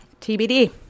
TBD